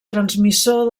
transmissor